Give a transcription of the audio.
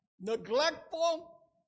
neglectful